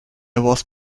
was